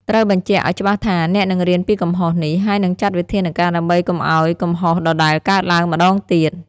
ត្រូវបញ្ជាក់ឱ្យច្បាស់ថា អ្នកនឹងរៀនពីកំហុសនេះ ហើយនឹងចាត់វិធានការដើម្បីកុំឱ្យកំហុសដដែលកើតឡើងម្តងទៀត។